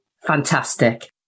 Fantastic